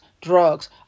drugs